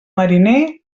mariner